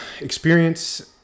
experience